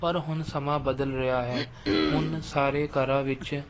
ਪਰ ਹੁਣ ਸਮਾਂ ਬਦਲ ਰਿਹਾ ਹੈ ਹੁਣ ਸਾਰੇ ਘਰਾਂ ਵਿੱਚ